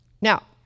Now